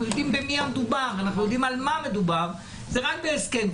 יודעים במי מדובר ועל מה מדובר זה רק בהסכם.